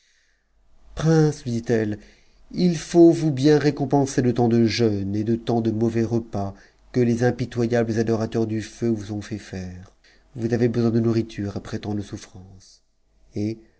prince lui dit-elle il faut vous bien récompenser de tant de jeûnes et de tant de mauvais repas que les impitoyables adorateurs du feu vous ont fait faire vous tvez besoin de nourriture après tant de souffrances et